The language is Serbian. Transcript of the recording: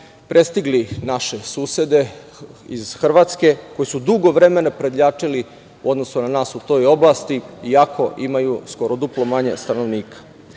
prestigli naše susede iz Hrvatske koji su dugo vremena prednjačili u odnosu na nas u toj oblasti iako imaju skoro duplo manje